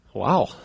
Wow